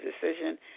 decision